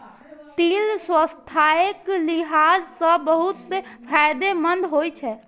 तिल स्वास्थ्यक लिहाज सं बहुत फायदेमंद होइ छै